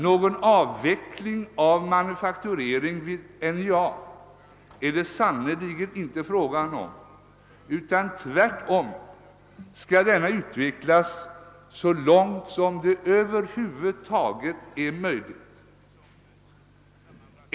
Någon avveckling av manufaktureringen vid NJA är det sannerligen inte fråga om, utan denna skall tvärtom utvecklas så långt som det över huvud taget är möjligt.